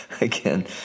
again